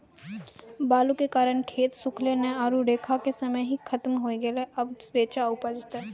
बालू के कारण खेत सुखले नेय आरु रेचा के समय ही खत्म होय गेलै, अबे रेचा उपजते?